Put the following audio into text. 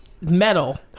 metal